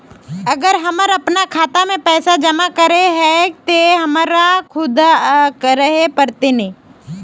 अगर हमर अपना खाता में पैसा जमा करे के है ते हमरा खुद रहे पड़ते ने?